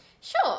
Sure